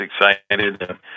excited